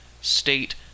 state